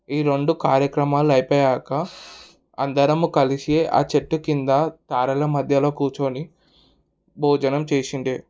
ఈ రెండు కార్యక్రమాలు అయిపోయాక అందరము కలిసి ఆ చెట్టు క్రింద కారల మధ్యలో కుర్చోని భోజనం చేసుండే